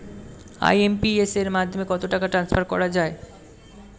IMPS এর মাধ্যমে কত টাকা ট্রান্সফার করা যায়?